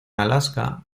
alaska